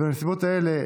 בנסיבות האלה,